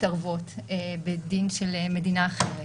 המדינות בדרך כלל לא מתערבות בדין של מדינה אחרת.